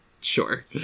Sure